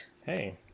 Hey